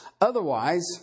otherwise